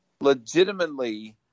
legitimately